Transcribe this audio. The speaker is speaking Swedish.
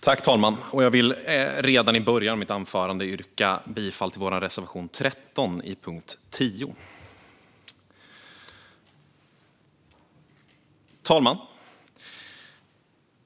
Fru talman! Jag vill redan i början av mitt anförande yrka bifall till vår reservation 13 under punkt 10. Fru talman!